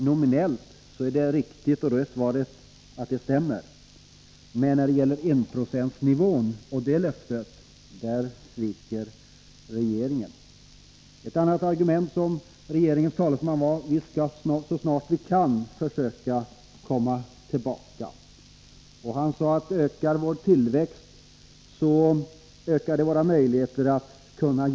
Nominellt gör man det, så på det viset är det riktigt, men när det gäller löftet om enprocentsnivån sviker regeringen. Ett annat argument från regeringens talesman var att vi skall så snart vi kan försöka komma tillbaka till enprocentsmålet. Han sade att ökar vår tillväxt, så ökar det våra möjligheter att ge bistånd.